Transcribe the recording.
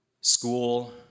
school